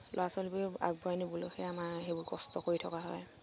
ল'ৰা ছোৱালীবোৰ আগবঢ়াই নিবলৈ আমাৰ সেইবোৰ কষ্ট কৰি থকা হয়